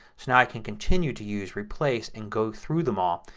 so i can continue to use replace and go through them all.